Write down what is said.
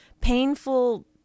painful